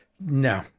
No